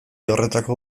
horretako